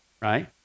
right